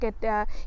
Get